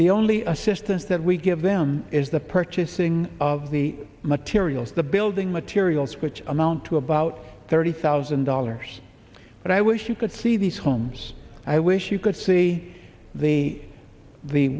the only assistance that we give them is the purchasing of the materials the building materials which amount to about thirty thousand dollars but i wish you could see these homes i wish you could see the the